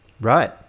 right